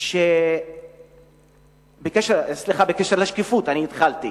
בקשר לשקיפות, אני התחלתי